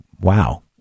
wow